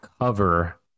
cover